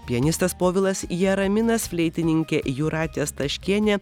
pianistas povilas jaraminas fleitininkė jūratė staškienė